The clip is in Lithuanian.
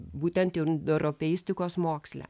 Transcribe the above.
būtent indoeuropeistikos moksle